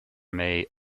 may